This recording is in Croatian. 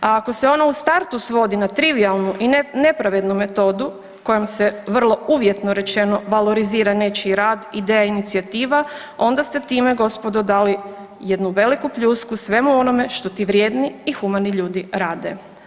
A ako se ono u startu svodi na trivijalnu i nepravednu metodu kojom se vrlo uvjetno rečeno valorizira nečiji rad, ideja, inicijativa onda ste time gospodo dali jednu veliku pljusku svemu onome što ti vrijedni i humani ljudi rade.